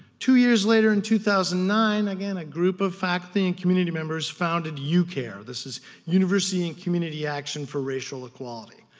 two years later in two thousand and nine, again, a group of faculty and community members founded yeah ucare. this is university and community action for racial equality.